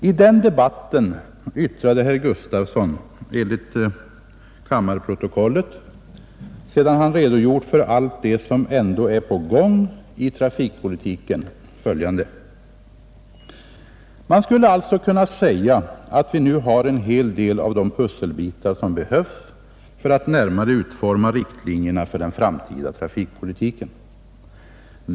I den debatten yttrade herr Gustafson enligt kammarprotokollet, sedan han redogjort för allt det som ändå är på gång i trafikpolitiken, följande: ”Man skulle alltså kunna säga att vi nu har en hel del av de pusselbitar som behövs för att närmare utforma riktlinjerna för den framtida trafikpolitiken.